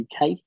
UK